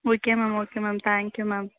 okay ma'am okay ma'am thank you ma'am